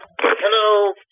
Hello